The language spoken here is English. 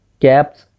caps